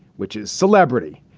which is celebrity.